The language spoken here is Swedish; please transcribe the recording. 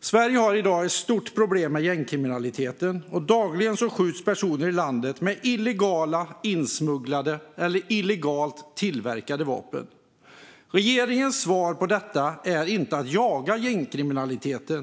Sverige har i dag ett stort problem med gängkriminalitet. Dagligen skjuts personer i landet med illegala vapen, insmugglade eller illegalt tillverkade. Regeringens svar på detta är inte att jaga gängkriminaliteten.